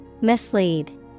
Mislead